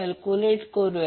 VOB शोधा